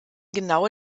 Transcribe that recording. genau